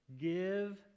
give